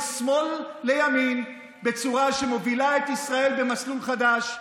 שמאל לימין בצורה שמובילה את ישראל במסלול חדש.